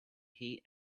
heat